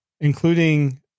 including